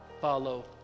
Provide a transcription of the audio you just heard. Follow